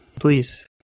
please